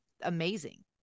amazing